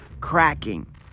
cracking